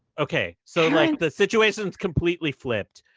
ok, so like the situation's completely flipped,